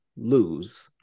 Lose